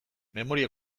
memoria